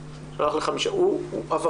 לפי החוק הזה הוא עבריין.